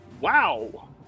Wow